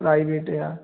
private या